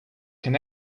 can